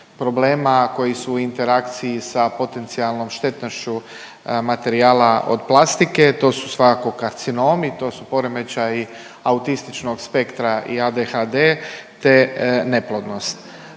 problema koji su u interakciji sa potencijalnom štetnošću materijala od plastike. To su svakako karcinomi, to su poremećaji autističnog spektra i ADHD te neplodnost.